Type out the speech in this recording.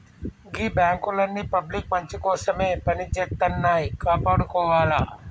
గీ బాంకులన్నీ పబ్లిక్ మంచికోసమే పనిజేత్తన్నయ్, కాపాడుకోవాల